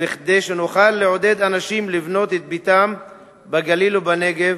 כדי שנוכל לעודד אנשים לבנות את ביתם בגליל ובנגב